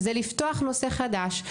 זה לפתוח נושא חדש,